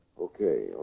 Okay